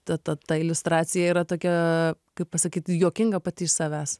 ta ta ta iliustracija yra tokia kaip pasakyt juokinga pati iš savęs